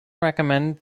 recommend